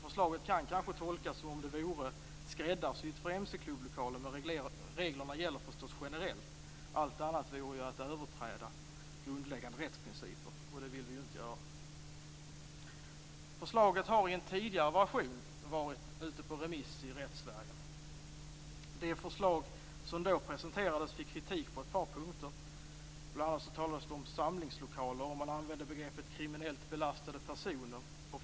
Förslaget kan kanske tolkas som om det vore skräddarsytt för mc-klubblokaler, men reglerna gäller förstås generellt. Allt annat vore att överträda grundläggande rättsprinciper, och det vill vi ju inte göra. Förslaget har i en tidigare version varit ute på remiss i Rättssverige. Det förslag som då presenterades fick kritik på ett par punkter. Bl.a. talades det om samlingslokaler. Man använde begreppet kriminellt belastade personer.